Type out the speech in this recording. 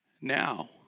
now